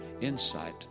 insight